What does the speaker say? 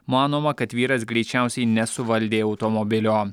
manoma kad vyras greičiausiai nesuvaldė automobilio